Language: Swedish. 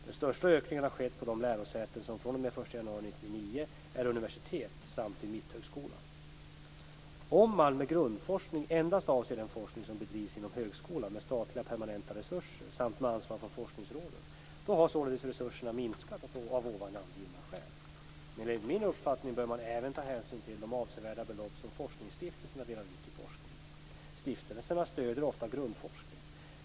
Den största ökningen har skett för de lärosäten som fr.o.m. den 1 Om man med grundforskning endast avser den forskning som bedrivs inom högskolan med statliga permanenta resurser samt med anslag från forskningsråden har således resurserna minskat av ovan angivna skäl. Men enligt min uppfattning bör man även ta hänsyn till de avsevärda belopp som forskningsstiftelserna delar ut till forskning. Stiftelserna stöder ofta grundforskning.